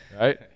right